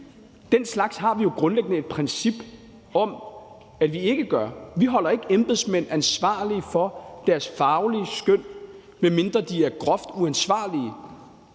Den slags har vi jo grundlæggende et princip om at vi ikke gør. Vi holder ikke embedsmænd ansvarlige for deres faglige skøn, medmindre de er groft uansvarlige.